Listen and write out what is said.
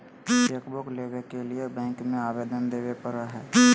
chequebook लेबे के लिए बैंक में अबेदन देबे परेय हइ